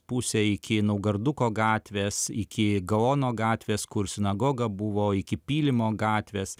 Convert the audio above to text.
pusę iki naugarduko gatvės iki gaono gatvės kur sinagoga buvo iki pylimo gatvės